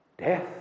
Death